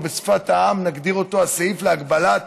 או בשפת העם נגדיר אותו הסעיף להגבלת